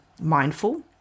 mindful